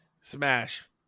Smash